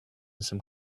some